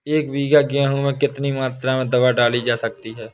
एक बीघा गेहूँ में कितनी मात्रा में दवा डाली जा सकती है?